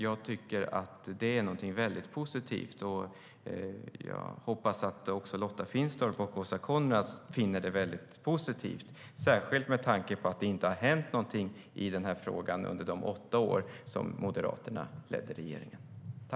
Jag tycker att det är mycket positivt och hoppas att också Lotta Finstorp och Åsa Coenraads tycker att det är positivt, särskilt med tanke på att det inte hände någonting i den här frågan under de åtta år som Moderaterna ledde regeringen.